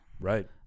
Right